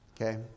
okay